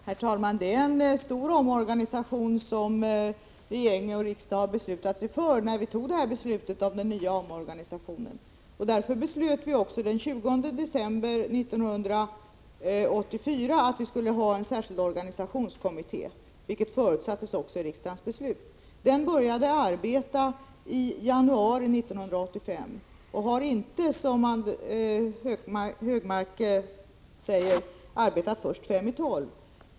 Herr talman! Den nya omorganisationen, som regering och riksdag har fattat beslut om, är en stor omorganisation. Av den anledningen fattade vi den 20 december 1984 beslut om att tillsätta en särskild organisationskommitté, vilket hade förutsatts i riksdagens beslut. Organisationskommittén började arbeta i januari 1985, och den har inte, som Anders G Högmark säger, börjat arbeta först fem i tolv.